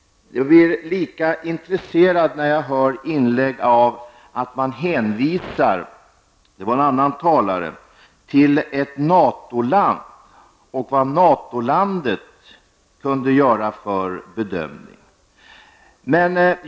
Jag blir litet undrande, när man i inlägg här -- det var en annan talare -- hänvisar till ett NATO-land och vad ett NATO-land kunde göra för bedömning.